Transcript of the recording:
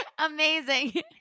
Amazing